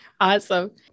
Awesome